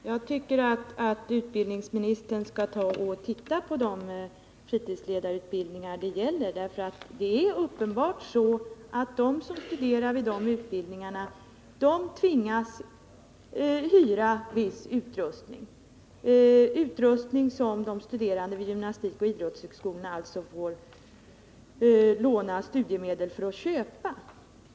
Herr talman! Jag tycker att utbildningsministern skall se på de fritidsledarutbildningar det gäller. Det är uppenbart så att de som studerar vid dessa utbildningar tvingas hyra viss utrustning, och det är fråga om samma typ av utrustning som de studerande vid gymnastikoch idrottshögskolorna får låna studiemedel för att köpa.